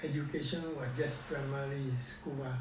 education was just primary school mah